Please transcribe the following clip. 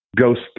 ghost